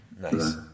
Nice